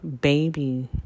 baby